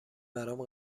برام